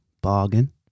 Bargain